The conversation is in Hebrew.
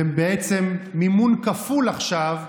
ובעצם מימון כפול עכשיו,